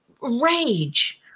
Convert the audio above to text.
rage